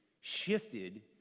shifted